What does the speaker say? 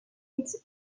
its